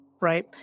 right